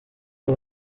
ubu